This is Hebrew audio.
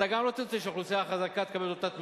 אתה גם לא תרצה שהאוכלוסייה החזקה תקבל את אותה התמיכה.